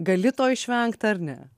gali to išvengt ar ne